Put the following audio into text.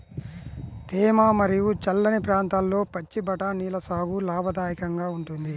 తేమ మరియు చల్లని ప్రాంతాల్లో పచ్చి బఠానీల సాగు లాభదాయకంగా ఉంటుంది